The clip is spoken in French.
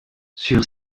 sur